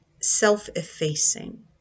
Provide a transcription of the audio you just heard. self-effacing